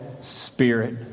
spirit